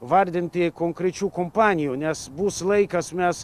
vardinti konkrečių kompanijų nes bus laikas mes